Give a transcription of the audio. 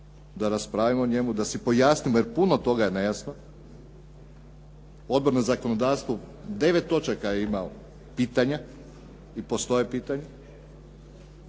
da raspravimo o njemu, da si pojasnimo jer puno toga je nejasno. Odbor na zakonodavstvu 9 točaka je imao pitanja i postoje pitanja,